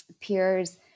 peers